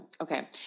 okay